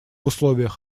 условиях